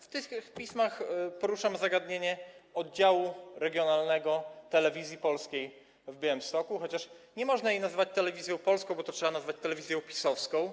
W tych pismach poruszam zagadnienie oddziału regionalnego Telewizji Polskiej w Białymstoku, chociaż nie można jej nazywać Telewizją Polską, bo trzeba ją nazwać telewizją PiS-owską.